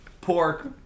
pork